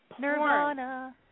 nirvana